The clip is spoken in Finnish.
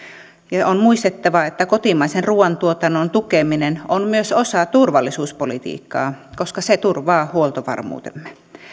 on muistettava että kotimaisen ruuantuotannon tukeminen on myös osa turvallisuuspolitiikkaa koska se turvaa huoltovarmuutemme